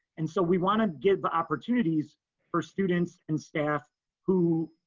and so we wanna give the opportunities for students and staff who